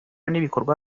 n’ibikorwa